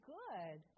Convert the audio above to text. good